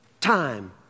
Time